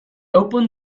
opened